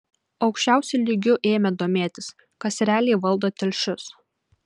aukščiausiu lygiu ėmė domėtis kas realiai valdo telšius